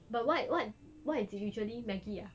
but what what what is it usually maggie ah